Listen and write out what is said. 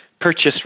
purchase